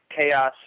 chaos